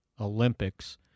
Olympics